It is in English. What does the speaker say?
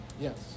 Yes